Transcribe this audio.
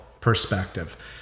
perspective